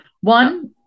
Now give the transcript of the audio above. One